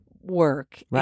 work